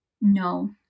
no